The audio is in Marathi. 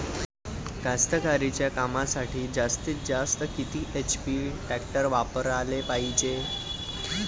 कास्तकारीच्या कामासाठी जास्तीत जास्त किती एच.पी टॅक्टर वापराले पायजे?